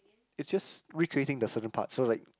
it's just recreating the certain part so like